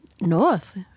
North